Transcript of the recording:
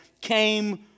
came